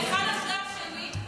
אחד אחרי השני,